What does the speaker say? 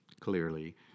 clearly